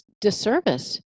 disservice